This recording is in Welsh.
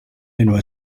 enwau